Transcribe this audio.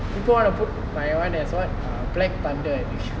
people want to put mine one as what err black thunder I think